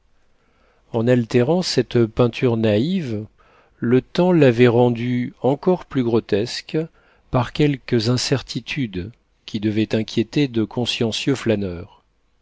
en altérant cette peinture naïve le temps l'avait rendue encore plus grotesque par quelques incertitudes qui devaient inquiéter de consciencieux flâneurs